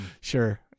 Sure